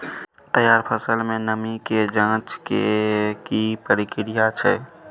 तैयार फसल में नमी के ज जॉंच के की प्रक्रिया छै?